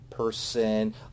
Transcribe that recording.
Person